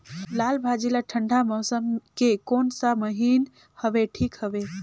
लालभाजी ला ठंडा मौसम के कोन सा महीन हवे ठीक हवे?